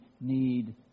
need